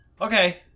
okay